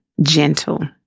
gentle